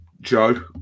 joe